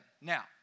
Now